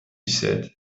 said